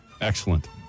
Excellent